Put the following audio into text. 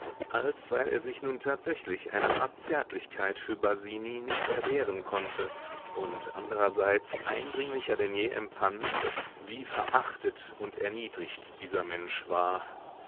als weil er sich nun tatsächlich einer art zärtlichkeit für basini nicht erwehren konnte und andererseits eindringlicher denn je empfand wie verachtet und erniedrigt dieser mensch war